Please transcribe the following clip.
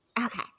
Okay